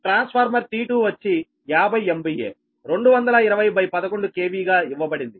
transformer T2 వచ్చి 50 MVA 22011 KVగా ఇవ్వబడింది